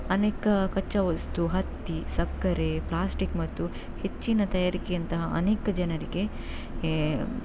ಅನೇಕ ಕಚ್ಚಾವಸ್ತು ಹತ್ತಿ ಸಕ್ಕರೆ ಪ್ಲಾಸ್ಟಿಕ್ ಮತ್ತು ಹೆಚ್ಚಿನ ತಯಾರಿಕೆಯಂತಹ ಅನೇಕ ಜನರಿಗೆ